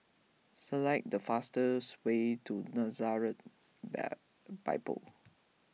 select the fastest way to Nazareth Bible